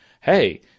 hey